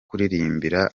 kuririmbira